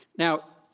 now,